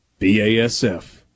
BASF